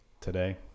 today